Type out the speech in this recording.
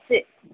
சரி